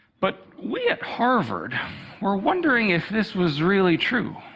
but we at harvard were wondering if this was really true.